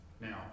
Now